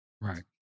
Right